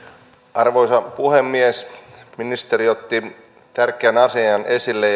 arvoisa puhemies ministeri otti tärkeän asian esille